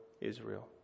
Israel